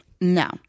No